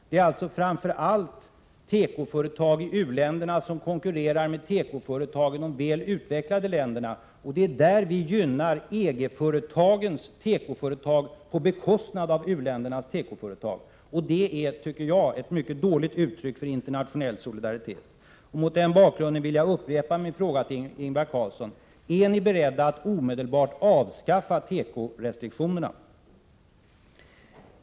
Det är alltså framför allt tekoföretag i u-länderna som konkurrerar med tekoföretagen i de väl utvecklade länderna. Det är där vi gynnar EG-ländernas tekoföretag på bekostnad av u-ländernas tekoföretag. Det är, tycker jag, ett mycket dåligt uttryck för internationell solidaritet. Mot den bakgrunden vill jag upprepa min fråga till Ingvar Carlsson: Är ni beredda att omedelbart avskaffa tekorestriktionerna?